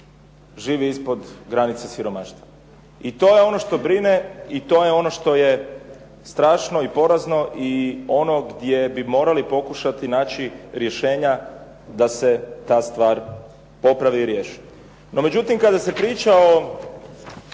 živi ispod granica siromaštva. I to je ono što brine i to je ono što je strašno i porazno i ono gdje bi morali pokušati pronaći rješenja da se ta stvar popravi i riješi. No međutim, kada se priča o